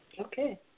Okay